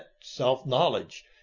self-knowledge